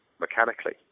mechanically